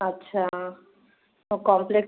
अच्छा मग कॉम्प्लेक्स